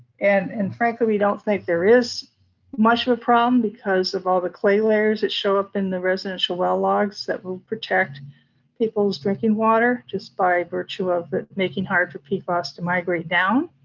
and and frankly, we don't think there is much of a problem, because of all the clay layers that show up in the residential well logs that will protect people's drinking water, just by virtue of it making hard for pfas to migrate down.